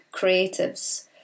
creatives